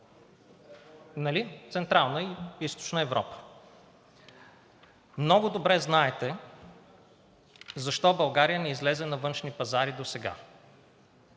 Нали – Централна и Източна Европа. Много добре знаете защо България не излезе на външни пазари досега.